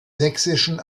sächsischen